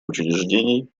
учреждений